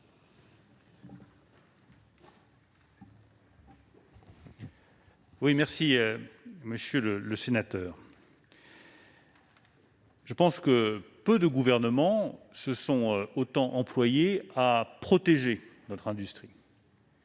ministre. Monsieur le sénateur, j'estime que peu de gouvernements se sont autant employés à protéger notre industrie